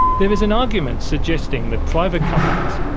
there is an argument suggesting that private companies,